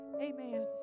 amen